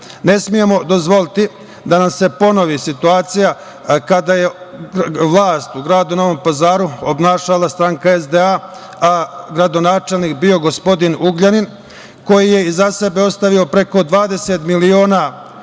smemo dozvoliti da nam se ponovi situacija kada je vlast u gradu Novom Pazaru obnašala stranka SDA, a gradonačelnik bio gospodin Ugljanin, koji je iza sebe ostavio preko 20 miliona evra